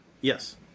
yes